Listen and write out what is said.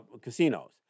casinos